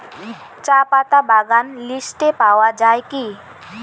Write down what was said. চাপাতা বাগান লিস্টে পাওয়া যায় কি?